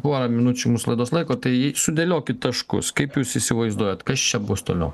porą minučių mūsų laidos laiko tai sudėliokit taškus kaip jūs įsivaizduojat kas čia bus toliau